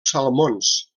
salmons